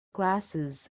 glasses